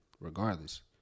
Regardless